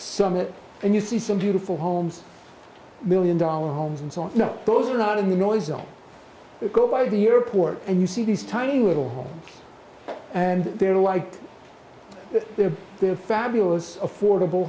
summit and you see some beautiful homes million dollar homes and so on no those are not in the noise that go by the year port and you see these tiny little and they're like they're they're fabulous affordable